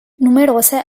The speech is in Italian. numerose